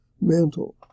mantle